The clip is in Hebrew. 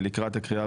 לקראת הקריאה,